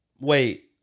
Wait